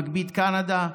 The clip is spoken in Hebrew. מגבית קנדה,